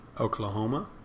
Oklahoma